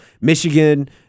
Michigan